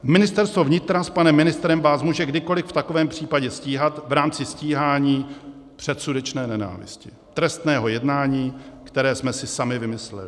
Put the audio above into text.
Ministerstvo vnitra s panem ministrem vás může kdykoli v takovém případě stíhat v rámci stíhání předsudečné nenávisti, trestného jednání, které jsme si sami vymysleli.